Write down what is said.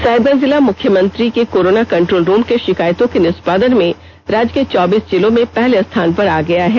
साहिबगंज जिला मुख्यमंत्री के कोरोना कंट्रोल रूम के शिकायतों के निष्पादन में राज्य के चौबीस जिलों में पहले स्थान पर आ गया है